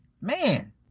man